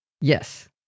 Yes